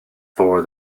for